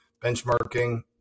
benchmarking